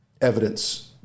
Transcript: evidence